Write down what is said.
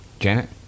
Janet